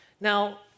Now